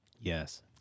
Yes